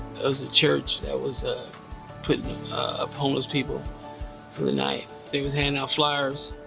it was a church that was putting up homeless people for the night. they was handing out flyers